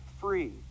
free